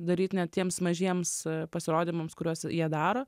daryt net tiems mažiems pasirodymams kuriuos jie daro